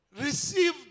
Receive